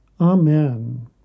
Amen